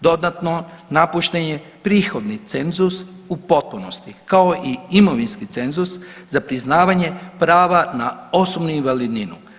Dodatno, napušten je prihodni cenzus u potpunosti kao i imovinski cenzus za priznavanje prava na osobnu invalidninu.